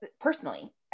personally